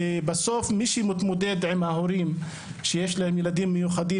בסוף מי שמתמודד עם ההורים שיש להם ילדים מיוחדים